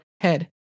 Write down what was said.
head